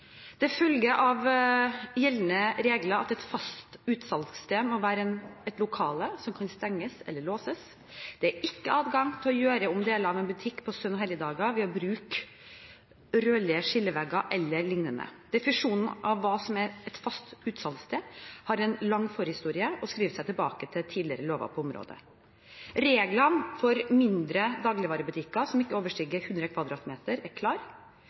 Det følger av gjeldende regler at et fast utsalgssted må være et lokale som kan stenges eller låses. Det er ikke adgang til å gjøre om deler av en butikk på søndager og helligdager ved å bruke rørlige skillevegger e.l. Definisjonen av hva som er et fast utsalgssted, har en lang forhistorie og skriver seg tilbake til tidligere lover på området. Reglene for mindre dagligvarebutikker som ikke overstiger 100 m2, er